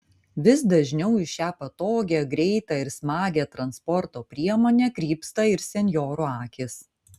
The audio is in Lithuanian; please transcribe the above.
vis dažniau į šią patogią greitą ir smagią transporto priemonę krypsta ir senjorų akys